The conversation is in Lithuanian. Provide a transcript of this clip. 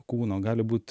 kūno gali būt